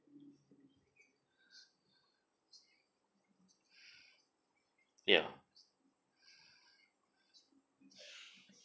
ya